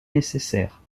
nécessaire